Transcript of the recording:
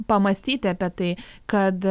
pamąstyti apie tai kad